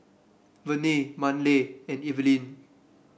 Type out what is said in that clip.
Verne Manley and Evelin